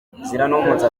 ziranumutsa